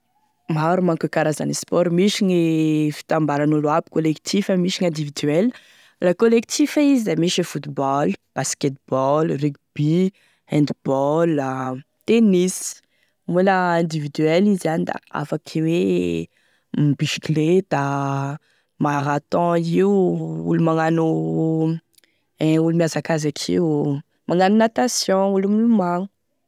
Maro manko e karazane sport misy gne fitambaran'olo aby collectif misy e individuel, la collectif izy da misy football, basketball, rugby, handball da tennis moa la individuel izy da afaky hoe m- bisikleta, marathon io olo magnano azakazaky io, magnano natation, olo milomagno.